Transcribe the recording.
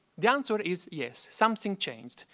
the answer is yes, something changed.